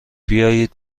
بیایید